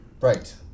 Right